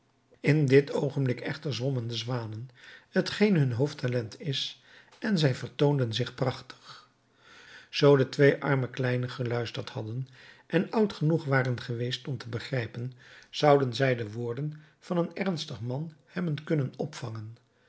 in dit oogenblik echter zwommen de zwanen t geen hun hoofdtalent is en zij vertoonden zich prachtig zoo de twee arme kleinen geluisterd hadden en oud genoeg waren geweest om te begrijpen zouden zij de woorden van een ernstig man hebben kunnen opvangen